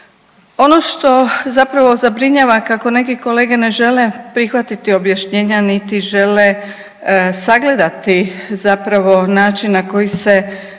Ono što zapravo zabrinjava kako neki kolege ne žele prihvatiti objašnjenja niti žele sagledati način na koji se